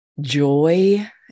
joy